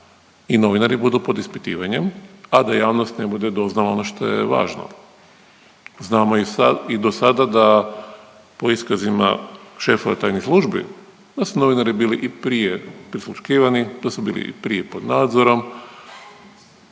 i novinari budu pod ispitivanjem, a da javnost ne bude doznala ono što je važno. Znamo i sad, i dosada da po iskazima šefova tajnih službi da su novinari bili i prije prisluškivani, da su bili i prije pod nadzorom,